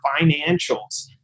financials